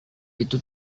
itu